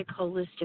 holistic